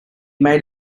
made